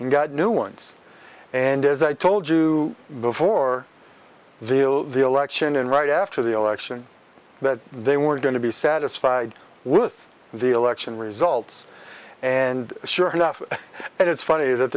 and got new ones and as i told you before the election and right after the election that they were going to be satisfied with the election results and sure enough that it's funny that